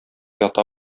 ята